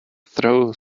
throw